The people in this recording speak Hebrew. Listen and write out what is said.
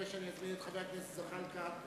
לפני שאזמין את חבר הכנסת זחאלקה,